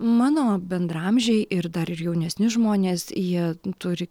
mano bendraamžiai ir dar ir jaunesni žmonės jie turi